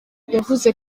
yavuze